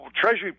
Treasury